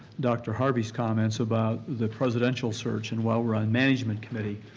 dr. harvey's comments about the presidential search and while we're on management committee,